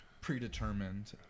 predetermined